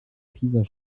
pisa